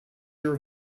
your